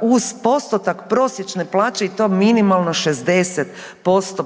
uz postotak prosječne plaće i to minimalno 60%